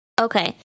okay